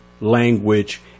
language